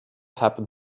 happen